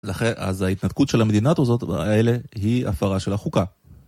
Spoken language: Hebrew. אז ההתנדקות של המדינת או זאת, האלה היא הפרה של החוקה.